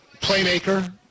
playmaker